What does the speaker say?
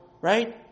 right